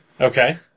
Okay